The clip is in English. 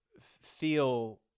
feel